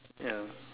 ya